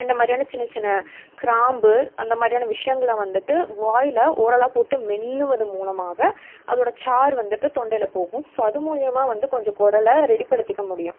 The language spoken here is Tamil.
இந்த மாதிரியான சின்ன சின்ன கிராம்பு அந்த மாதிரியான விஷயங்கள வந்துட்டு வாயில் ஓரலாக போட்டு மென்னுவது மூலமாக அதோட சாறை வந்துட்டு தொண்டையில் போகும் ஸோ அது மூலிமா வந்து கொஞ்சம் குரல ரெடிப்படுத்திக்க முடியும்